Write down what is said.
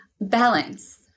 Balance